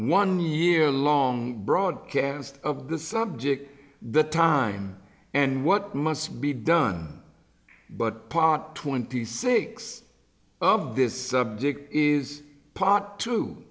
one year long broadcast of the subject the time and what must be done but pot twenty six of this subject is pot to